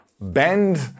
bend